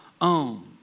own